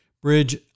Bridge